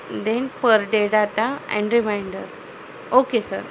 then per day data and reminder okay sir